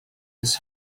his